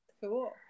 cool